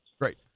Great